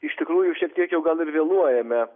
iš tikrųjų šiek tiek jau gal ir vėluojame